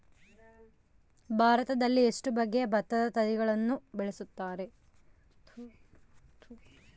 ಭಾರತದಲ್ಲಿ ಎಷ್ಟು ಬಗೆಯ ಭತ್ತದ ತಳಿಗಳನ್ನು ಬೆಳೆಯುತ್ತಾರೆ?